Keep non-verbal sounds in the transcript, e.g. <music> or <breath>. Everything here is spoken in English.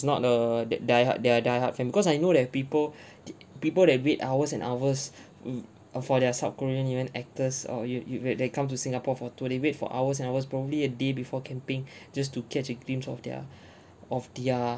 not a that die hard their die hard fan because I know that people <breath> th~ people that wait hours and hours <breath> u~ uh for their south korean even actors or you you wait they come to singapore for tour they wait for hours and hours probably a day before camping <breath> just to catch a glimpse of their <breath> of their